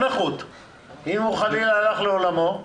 אם הוא חלילה הלך לעולמו,